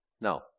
No